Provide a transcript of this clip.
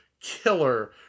killer